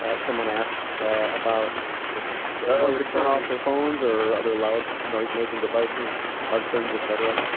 ah someone asks about if if turn off their phones or other loud noise making devices husbands, etc